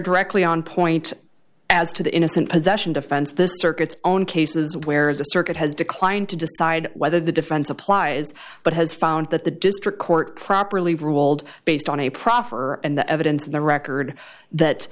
directly on point as to the innocent possession defense the circuit's own cases where the circuit has declined to decide whether the defense applies but has found that the district court properly ruled based on a proffer and the evidence in the record that